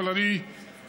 אבל אני לוחץ